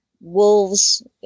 wolves